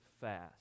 fast